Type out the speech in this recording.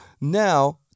Now